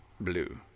blue